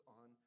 on